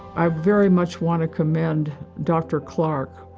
i very much want to commend dr. clark